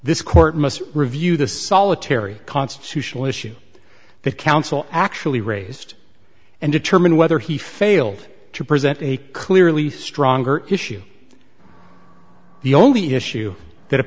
this court must review the solitary constitutional issue that counsel actually raised and determine whether he failed to present a clearly stronger issue the only issue that